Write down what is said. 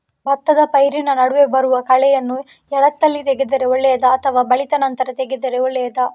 ಭತ್ತದ ಪೈರಿನ ನಡುವೆ ಬರುವ ಕಳೆಯನ್ನು ಎಳತ್ತಲ್ಲಿ ತೆಗೆದರೆ ಒಳ್ಳೆಯದಾ ಅಥವಾ ಬಲಿತ ನಂತರ ತೆಗೆದರೆ ಒಳ್ಳೆಯದಾ?